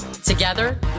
Together